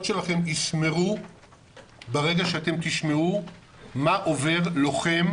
שלכם יסמרו ברגע שאתם תשמעו מה עובר לוחם